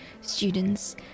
students